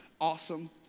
awesome